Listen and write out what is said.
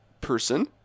person